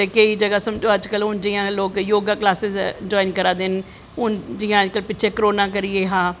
ते केंई जगां अज्ज कल समझो लोग योगा क्लासिस जवाईन करा दे न हून अज्ज कल जियां पिच्छें करोनां करियै हां